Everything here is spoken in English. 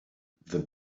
the